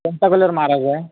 कोणता कलर मारायचा आहे